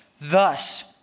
Thus